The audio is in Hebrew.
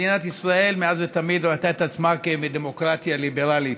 מדינת ישראל מאז ומתמיד ראתה את עצמה כדמוקרטיה ליברלית.